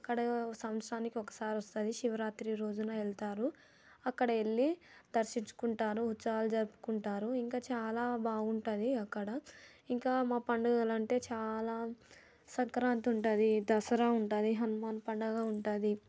అక్కడ సంత్సరానికి ఒకసారి వస్తుంది శివరాత్రి రోజున వెళ్తారు అక్కడ వెళ్లి దర్శించుకుంటారు ఉత్సవాలు జరుపుకుంటారు ఇంకా చాలా బాగుంటుంది అక్కడ ఇంకా మా పండుగలంటే చాలా సంక్రాంతి ఉంటది దసరా ఉంటుంది హనుమాన్ పండుగ ఉంటుంది